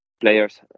players